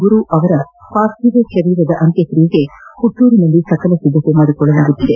ಗುರು ಪಾರ್ಥಿವ ಶರೀರದ ಅಂತ್ಯಕ್ತಿಯೆಗೆ ಹುಟ್ಲೂರಿನಲ್ಲಿ ಸಕಲ ಸಿದ್ದತೆ ಮಾಡಿಕೊಳ್ಳಲಾಗುತ್ತದೆ